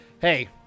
hey